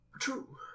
true